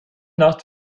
nacht